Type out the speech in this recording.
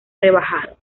rebajado